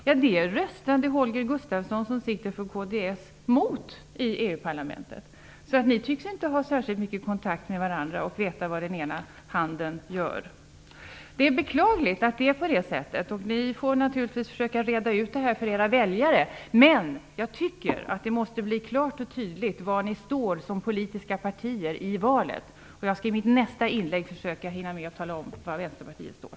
Jag kan tala om för Mats Odell att parlamentet, röstade emot det förslaget. Ni tycks inte ha särskilt mycket kontakt med varandra. Det verkar inte som om den ena handen vet vad den andra gör. Det är beklagligt att det är på det sättet. Ni får försöka reda ut det för era väljare. Men det måste bli klart och tydligt var ni står som politiska partier i valet. Jag skall i mitt nästa inlägg försöka hinna tala om var Vänsterpartiet står.